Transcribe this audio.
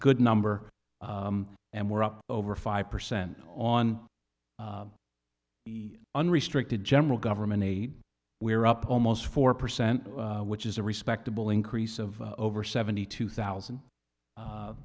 good number and we're up over five percent on the unrestricted general government a we're up almost four percent which is a respectable increase of over seventy two thousand